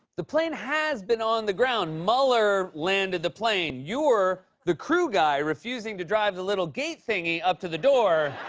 the plane has been on the ground. mueller landed the plane. you're the crew guy refusing to drive the little gate thingy up to the door.